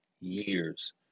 years